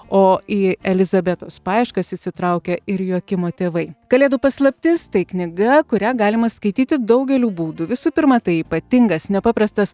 o į elizabetos paieškas įsitraukia ir joakimo tėvai kalėdų paslaptis tai knyga kurią galima skaityti daugeliu būdų visų pirma tai ypatingas nepaprastas